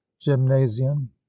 gymnasium